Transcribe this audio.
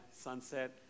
sunset